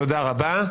תודה רבה.